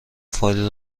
فایل